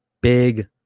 Big